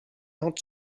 not